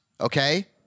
okay